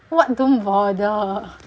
what don't bother